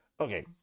Okay